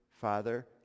Father